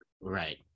Right